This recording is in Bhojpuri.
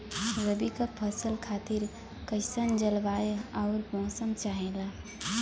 रबी क फसल खातिर कइसन जलवाय अउर मौसम चाहेला?